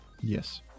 Yes